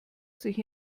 sich